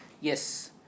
Yes